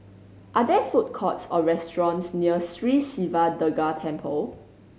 are there food courts or restaurants near Sri Siva Durga Temple